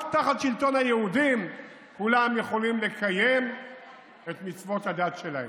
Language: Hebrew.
רק תחת שלטון היהודים כולם יכולים לקיים את מצוות הדת שלהם,